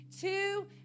two